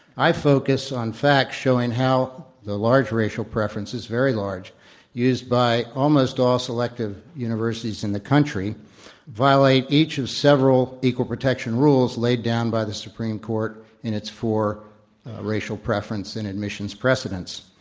i focus on facts showing how the large racial preferences very large used by almost all selective universities in the country violate each of several equal protection rules laid down by the supreme court in its four racial preference and admissions precedents.